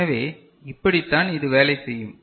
எனவே இப்படித்தான் இது வேலை செய்யும்